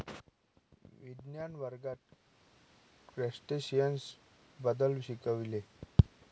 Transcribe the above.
विज्ञान वर्गात क्रस्टेशियन्स बद्दल शिकविले